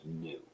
new